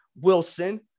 Wilson